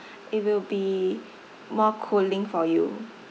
it will be more cooling for you